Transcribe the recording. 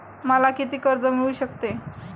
मला किती कर्ज मिळू शकते?